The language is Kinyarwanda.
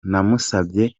namusabye